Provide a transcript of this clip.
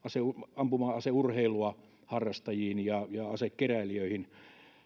ampuma aseurheilun harrastajiin ja ja asekeräilijöihin